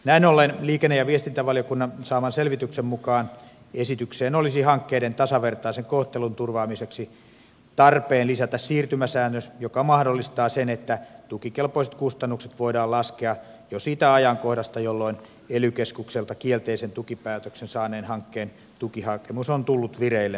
näin ollen liikenne ja viestintävaliokunnan saaman selvityksen mukaan esitykseen olisi hankkeiden tasavertaisen kohtelun turvaamiseksi tarpeen lisätä siirtymäsäännös joka mahdollistaa sen että tukikelpoiset kustannukset voidaan laskea jo siitä ajankohdasta jolloin ely keskukselta kielteisen tukipäätöksen saaneen hankkeen tukihakemus on tullut vireille ely keskuksessa